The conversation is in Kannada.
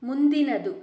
ಮುಂದಿನದು